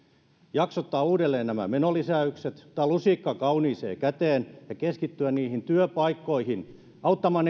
jaksottaa uudelleen nämä menolisäykset ottaa lusikka kauniiseen käteen ja keskittyä työpaikkoihin auttamaan